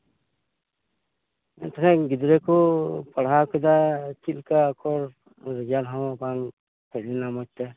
ᱛᱷᱚᱲᱟ ᱜᱤᱫᱽᱨᱟᱹ ᱠᱚ ᱯᱟᱲᱦᱟᱣ ᱠᱮᱫᱟ ᱪᱮᱫᱞᱮᱠᱟ ᱠᱚ ᱨᱮᱡᱟᱞ ᱦᱚᱸ ᱵᱟᱝ ᱦᱮᱡᱞᱮᱱᱟ ᱢᱚᱡᱽ ᱛᱮ